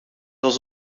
was